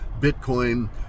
Bitcoin